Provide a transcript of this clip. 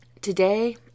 Today